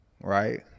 right